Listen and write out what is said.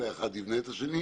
אלא אחד יבנה את השני.